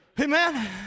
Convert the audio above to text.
amen